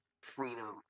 freedom